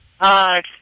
Hi